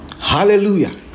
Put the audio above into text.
Hallelujah